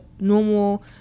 normal